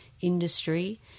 industry